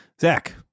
Zach